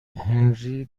هنری